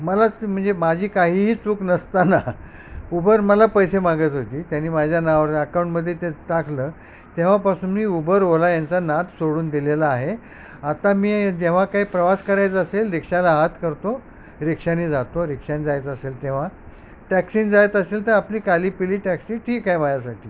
मलाच म्हंजे माझी काहीही चूक नसताना उभर मला पैसे मागत होती त्यानी माझ्या नाव अकाऊंटमदे ते टाकलं तेव्हापासून मी उभर ओला यांचा ना सोडून दिलेला आहे आता मी जेव्हा काही प्रवास करायचा असेल रिक्षाला हात करतो रिक्षानी जातो रिक्षान जायचं असेल तेव्हा टॅक्सीन जायचं असेल तर आपली काली पिली टॅक्सी ठीक आहे माझ्यासाठी